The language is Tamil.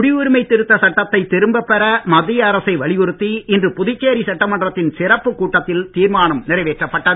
குடியுரிமை திருத்த சட்டத்தை திரும்ப பெற மத்திய அரசை வலியுறுத்தி இன்று புதுச்சேரி சட்டமன்றத்தின் சிறப்பு கூட்டத்தில் தீர்மானம் நிறைவேற்றப்பட்டது